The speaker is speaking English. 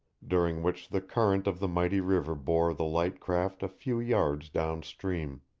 during which the current of the mighty river bore the light craft a few yards down stream.